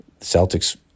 Celtics